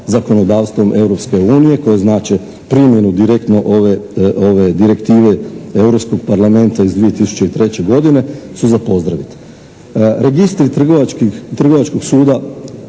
zakonodavstvom Europske unije, koje znače primjenu direktno ove direktive Europskog parlamenta iz 2003. godine su za pozdraviti. Registri trgovačkog suda